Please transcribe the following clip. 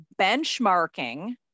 benchmarking